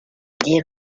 dix